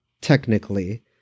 technically